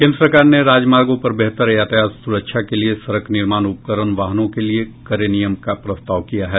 केन्द्र सरकार ने राजमार्गों पर बेहतर यातायात सुरक्षा के लिए सड़क निर्माण उपकरण वाहनों के लिए कड़े नियमों का प्रस्ताव किया है